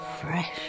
fresh